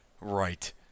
Right